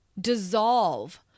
dissolve